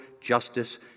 justice